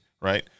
right